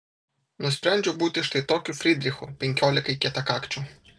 nusprendžiau būti štai tokiu frydrichu penkiolikai kietakakčių